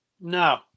No